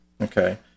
okay